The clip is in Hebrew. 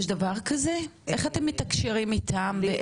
איך אתם מתקשרים איתם?